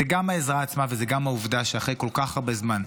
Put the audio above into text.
זו גם העזרה עצמה וזו גם העובדה שאחרי כל כך הרבה זמן,